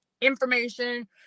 information